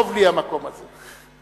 טוב לי המקום הזה.